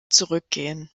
zurückgehen